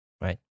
right